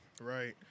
Right